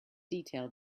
detail